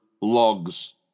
logs